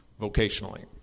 vocationally